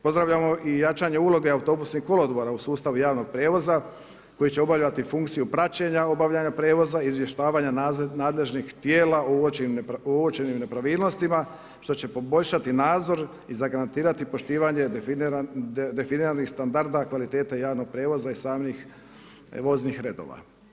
Pozdravljamo i jačanje uloge autobusnih kolodvora u sustavu javnog prijevoza koji će obavljati funkciju praćenja obavljanja prijevoza, izvještavanja nadležnih tijela o uočenim nepravilnostima što će poboljšati nadzor i zagarantirati poštivanje definiranih standarda kvalitete javnog prijevoza i samih voznih redova.